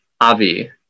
Avi